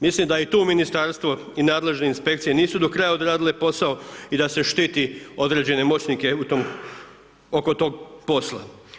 Mislim da i tu ministarstvo i nadležne inspekcije nisu do kraja odradile posao i da se štiti određene moćnike u tom, oko tog posla.